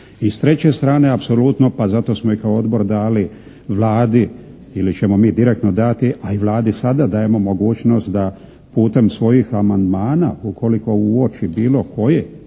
I s treće strane apsolutno, pa zato smo i kao odbor dali Vladi ili ćemo mi direktno dati, a Vladi sada dajemo mogućnost da putem svojim amandmana, ukoliko uoči bilo koji